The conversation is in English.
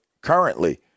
Currently